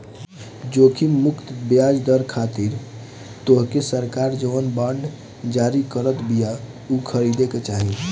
जोखिम मुक्त बियाज दर खातिर तोहके सरकार जवन बांड जारी करत बिया उ खरीदे के चाही